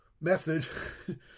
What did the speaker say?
method